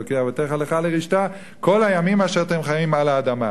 אלוקי אבותיך לך לרשתה כל הימים אשר אתם חיים על האדמה,